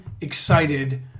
excited